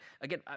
again